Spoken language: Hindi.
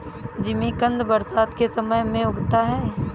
जिमीकंद बरसात के समय में उगता है